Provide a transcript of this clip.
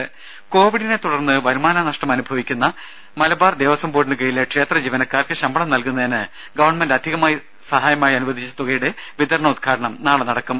രും കോവിഡിനെ തുടർന്ന് വരുമാന നഷ്ടം അനുവദിക്കുന്ന മലബാർ ദേവസ്വം ബോർഡിന് കീഴിലെ ക്ഷേത്ര ജീവനക്കാർക്ക് ശമ്പളം നൽകുന്നതിന് ഗവൺമെന്റ് അധിക ധസഹായമായി അനുവദിച്ച തുകയുടെ വിതരണോദ്ഘാടനം നാളെ നടക്കും